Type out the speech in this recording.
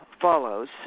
follows